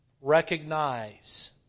recognize